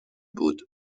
بود